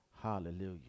Hallelujah